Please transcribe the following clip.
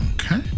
Okay